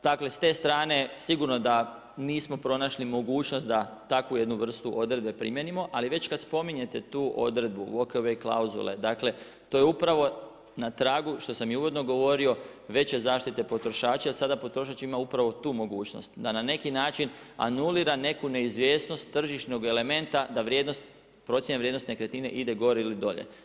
Dakle, s te strane sigurno da nismo pronašli mogućnost da takvu jednu vrstu odredbe primijenimo, ali već kad spominjete tu odredbu walk away klauzule, dakle što je upravo na tragu što sam i uvodno govorio, veće zaštite potrošača, sada potrošač ima upravo tu mogućnost da na neki način anulirati neku neizvjesnost tržišnog elementa da procjena vrijednosti nekretnine ide gore ili dolje.